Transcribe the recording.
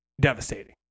devastating